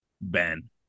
Ben